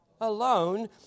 alone